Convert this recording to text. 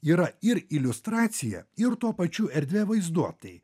yra ir iliustracija ir tuo pačiu erdvė vaizduotei